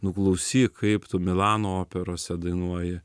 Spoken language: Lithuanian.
nu klausyk kaip tu milano operose dainuoji